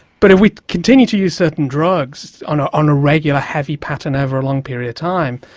but if we continue to use certain drugs on ah on a regular heavy pattern over a long period of time,